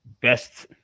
best